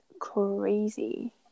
crazy